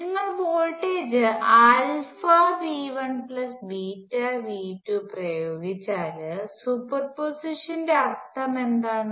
നിങ്ങൾ voltage V1V2 പ്രയോഗിച്ചാൽ super പൊസിഷന്റെ അർത്ഥമെന്താണ്